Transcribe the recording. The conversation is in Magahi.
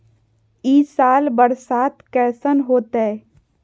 ई साल बरसात कैसन होतय?